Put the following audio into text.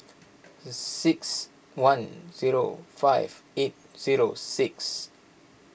six one zero five eight zero six